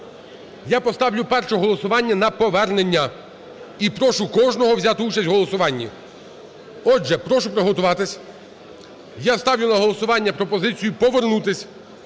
Я поставлю першим голосування на повернення, і прошу кожного взяти участь в голосуванні. Отже, прошу приготуватись. Я ставлю на голосування пропозицію повернутися